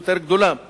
היא גדולה יותר.